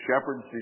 shepherds